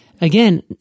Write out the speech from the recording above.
again